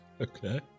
okay